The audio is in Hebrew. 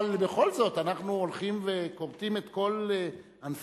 אבל בכל זאת אנחנו הולכים וכורתים את כל ענפי